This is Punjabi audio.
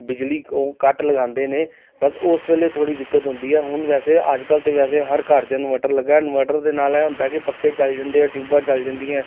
ਬਿਜਲੀ ਕੋ ਕੱਟ ਲਗਾਉਂਦੇ ਨੇ ਬਸ ਉਸ ਵੇਲੇ ਥੋੜ੍ਹੀ ਦਿੱਕਤ ਹੁੰਦੀ ਆ ਹੁਣ ਵੈਸੇ ਅੱਜ ਕੱਲ੍ਹ ਤਾਂ ਵੈਸੇ ਹਰ ਘਰ 'ਚ ਇਨਵਰਟਰ ਲੱਗਾ ਇਨਵਰਟਰ ਦੇ ਨਾਲ ਇਹ ਹੁੰਦਾ ਕਿ ਪੱਖੇ ਚਲ ਜਾਂਦੇ ਆ ਟਿਊਬਾਂ ਚੱਲ ਜਾਂਦੀਆਂ